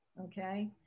okay